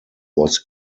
was